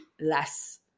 less